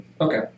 Okay